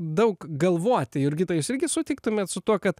daug galvoti jurgita jūs irgi sutiktumėt su tuo kad